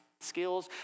skills